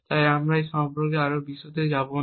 তাই আমরা এই সম্পর্কে আরও বিশদে যাব না